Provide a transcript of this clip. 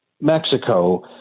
Mexico